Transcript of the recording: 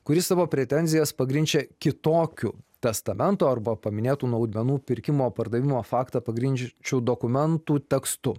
kuris savo pretenzijas pagrindžia kitokiu testamento arba paminėtų naudmenų pirkimo pardavimo faktą pagrindžiančių dokumentų tekstu